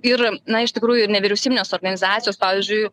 ir na iš tikrųjų nevyriausybinės organizacijos pavyzdžiui